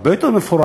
הרבה יותר מפורט,